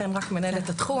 אכן רק מנהלת התחום,